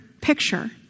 picture